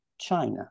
China